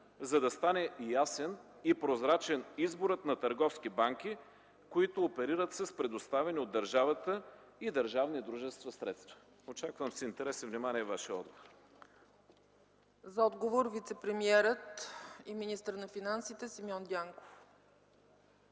за да стане ясен и прозрачен изборът на търговски банки, които оперират с предоставени от държавата и държавни дружества средства? Очаквам с интерес и внимание Вашия отговор. ПРЕДСЕДАТЕЛ ЦЕЦКА ЦАЧЕВА: За отговор – вицепремиерът и министър на финансите Симеон Дянков.